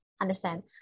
understand